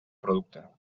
producte